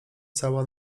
cała